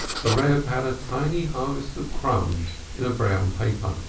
the reb had a tiny harvest of crumbs in a brown paper,